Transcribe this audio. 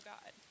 God